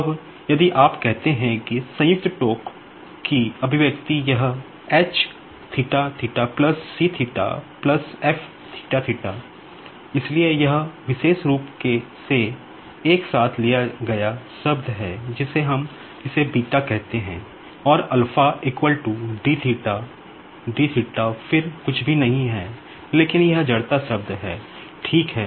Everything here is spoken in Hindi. अब यदि आप कहते हैं कि जॉइंट टोक़ यह इसलिए यह विशेष रूप से एक साथ लिया गया शब्द है जिसे हम इसे कहते हैं और फिर कुछ भी नहीं है लेकिन यह इनरशिया टर्म्स है ठीक है